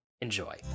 Enjoy